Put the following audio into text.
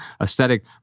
aesthetic